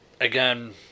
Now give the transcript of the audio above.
Again